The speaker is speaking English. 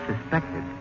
suspected